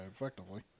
effectively